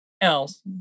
else